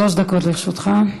שלוש דקות לרשותך.